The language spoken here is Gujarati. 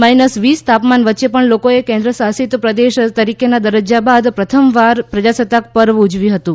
માઈનસ વીસ તાપમાન વચ્ચે પણ લોકોએ કેન્દ્રશાસિત પ્રદેશ તરીકેના દરજ્જા બાદ પ્રથમવાર પ્રજાસત્તાક પર્વ ઊજવ્યું હતું